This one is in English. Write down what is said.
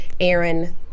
Aaron